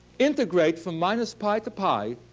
integrate from minus pi to pi,